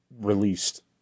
released